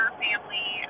family